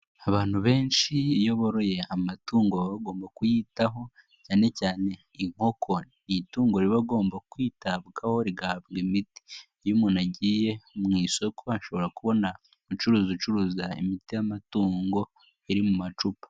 Abantu benshi iyo boroye amatungo baba bagomba kuyitaho cyanecyane inkoko, ni itungo riba rigomba kwitabwaho rigahabwa imiti. Iyo umuntu ajyiye mu isoko ashobora kubona umucurizi ucuruza imiti y'amatungo iri mumacupa.